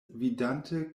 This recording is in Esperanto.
vidante